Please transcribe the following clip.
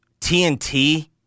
TNT